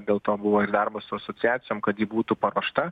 dėl to buvo ir darbas su asociacijom kad ji būtų paruošta